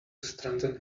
strengthen